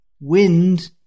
wind